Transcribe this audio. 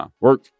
Work